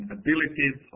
abilities